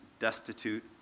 destitute